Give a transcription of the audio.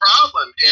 problem